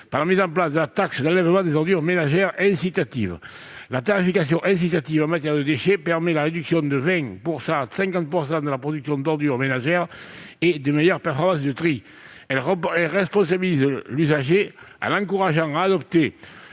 en instituant la taxe d'enlèvement des ordures ménagères (TEOM) incitative. La tarification incitative en matière de déchets permet la réduction de 20 % à 50 % de la production d'ordures ménagères et de meilleures performances du tri. Elle responsabilise l'usager en l'encourageant à adopter